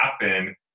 happen